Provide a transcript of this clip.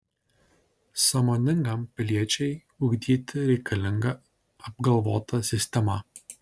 sąmoningam piliečiui ugdyti reikalinga apgalvota sistema